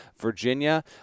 Virginia